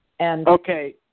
Okay